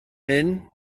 hyn